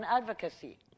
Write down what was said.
advocacy